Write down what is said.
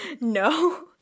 No